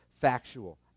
factual